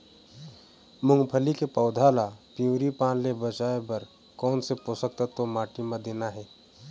मुंगफली के पौधा ला पिवरी पान ले बचाए बर कोन से पोषक तत्व माटी म देना हे?